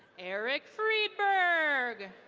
eric freeburg.